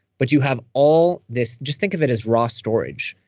but you have all this. just think of it as raw storage,